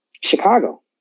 Chicago